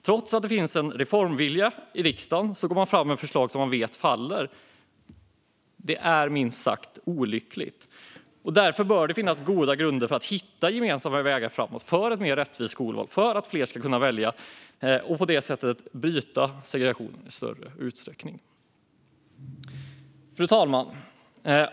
Trots att det finns en reformvilja i riksdagen går regeringen fram med förslag som man vet kommer att falla. Det är minst sagt olyckligt. Det bör finnas goda grunder för att hitta gemensamma vägar framåt för ett mer rättvist skolval och för att fler ska kunna välja och på det sättet bryta segregationen i större utsträckning. Fru talman!